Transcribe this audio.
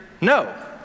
no